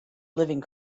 living